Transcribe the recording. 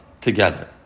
together